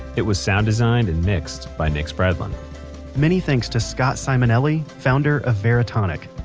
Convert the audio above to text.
it was sound designed and mixed by nick spradlin many thanks to scott simonelli, founder of veritonic.